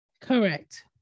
correct